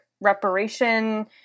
reparation